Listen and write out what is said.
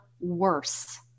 worse